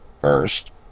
First